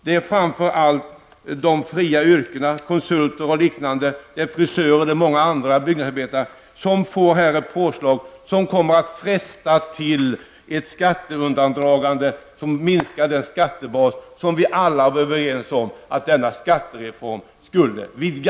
Det är framför allt de fria yrkena -- konsulter, frisörer, byggnadsarbetare och många andra -- som genom detta får ett påslag som kommer att fresta till ett skatteundandragande som minskar den skattebas som vi alla var överens om att denna skattereform skulle vidga.